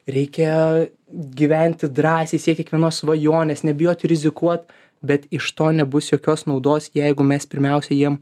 reikia gyventi drąsiai siekti kiekvienos svajonės nebijoti rizikuot bet iš to nebus jokios naudos jeigu mes pirmiausia jiem